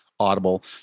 Audible